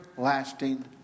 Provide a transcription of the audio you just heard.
lasting